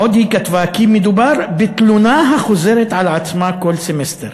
עוד היא כתבה כי מדובר ב"תלונה החוזרת על עצמה כל סמסטר".